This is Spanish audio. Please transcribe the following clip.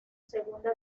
segunda